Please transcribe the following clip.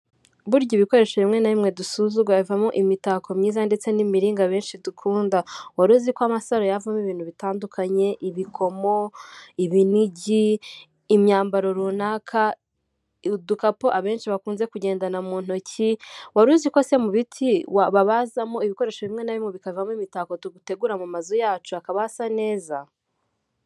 Burya ibikoresho bimwe na bimwe dusuzugura bivamo imitako myiza ndetse n'imiringa abenshi dukunda, wari uziko amasaro yavamo ibintu bitandukanye ibikomo, ibinigi, imyambaro runaka, udukapu abenshi bakunze kugendana mu ntoki, wari uziko se mu biti babazamo ibikoresho bimwe na bimwe bikavamo imitako dugutegura mu mazu yacu hakaba hasa neza.